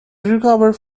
recover